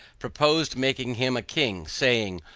proposed making him a king, saying,